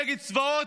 נגד צבאות,